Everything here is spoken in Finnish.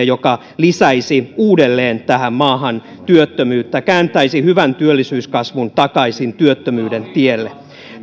joka uudelleen lisäisi tähän maahan työttömyyttä kääntäisi hyvän työllisyyskasvun takaisin työttömyyden tielle